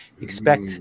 expect